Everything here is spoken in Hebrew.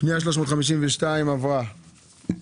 פנייה 352 עברה.